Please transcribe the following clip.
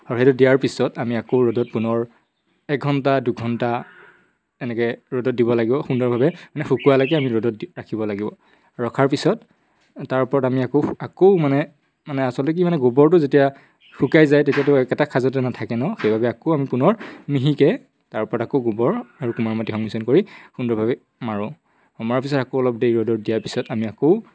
আৰু সেইটো দিয়াৰ পিছত আমি আকৌ ৰ'দত পুনৰ এক ঘণ্টা দুঘণ্টা এনেকে ৰ'দত দিব লাগিব সুন্দৰভাৱে মানে শুকোৱালৈকে আমি ৰ'দত ৰাখিব লাগিব ৰখাৰ পিছত তাৰ ওপৰত আমি আকৌ আকৌ মানে মানে আচলতে কি মানে গোবৰটো যেতিয়া শুকাই যায় তেতিয়াতো একেটা সাজতে নাথাকে ন সেইবাবে আকৌ আমি পুনৰ মিহিকে তাৰ ওপৰত আকৌ গোবৰ আৰু কুমাৰ মাটি সংমিশ্ৰণ কৰি সুন্দৰভাৱে মাৰোঁ মৰাৰ পিছত আকৌ অলপ দেৰি ৰ'দত দিয়াৰ পিছত আমি আকৌ